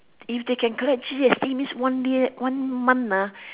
if they can collect G_S_T means one day one month ah